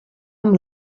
amb